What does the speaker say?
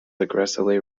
aggressively